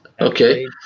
Okay